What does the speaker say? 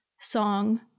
song